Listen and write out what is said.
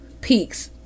peaks